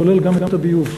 כולל גם את הביוב.